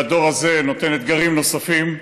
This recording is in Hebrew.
מהמורכבות, והדור הזה נותן אתגרים נוספים.